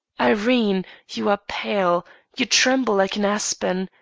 irene, you are pale you tremble like an aspen.